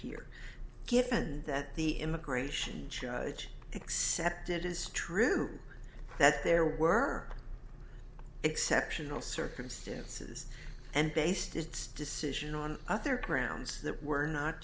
here given that the integration except it is true that there were exceptional circumstances and based its decision on other grounds that were not